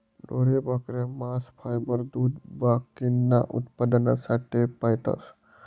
ढोरे, बकऱ्या, मांस, फायबर, दूध बाकीना उत्पन्नासाठे पायतस